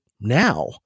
now